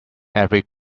every